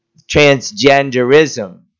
transgenderism